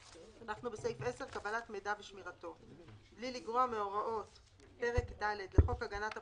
אנחנו בסעיף 10: "קבלת מידע ושמירתו 10. (א)בלי לגרוע מהוראות פרק ד' לחוק הגנת הפרטיות,